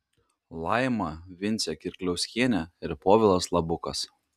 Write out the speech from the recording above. laima vincė kirkliauskienė ir povilas labukas